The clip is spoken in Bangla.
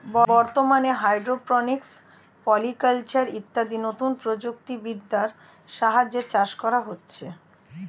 বর্তমানে হাইড্রোপনিক্স, পলিকালচার ইত্যাদি নতুন প্রযুক্তি বিদ্যার সাহায্যে চাষ করা হচ্ছে